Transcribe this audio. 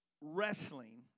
Wrestling